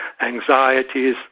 anxieties